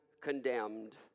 condemned